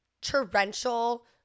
torrential